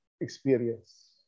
experience